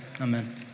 amen